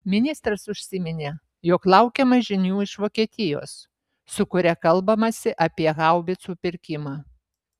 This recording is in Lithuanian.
ministras užsiminė jog laukiama žinių iš vokietijos su kuria kalbamasi apie haubicų pirkimą